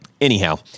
anyhow